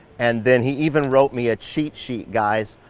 and then he even wrote me a cheat sheet guys,